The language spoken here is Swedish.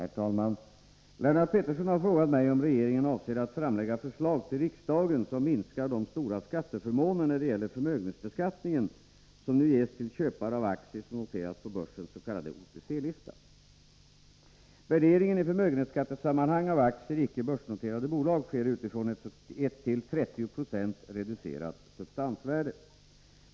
Herr talman! Lennart Pettersson har frågat mig om regeringen avser att framlägga förslag till riksdagen som minskar de stora skatteförmåner när det gäller förmögenhetsbeskattningen som nu ges till köpare av aktier som noteras på börsens s.k. OTC-lista. Värderingen i förmögenhetsskattesammanhang av aktier i icke börsnoterade bolag sker utifrån ett till 30 26 reducerat substansvärde.